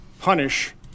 punish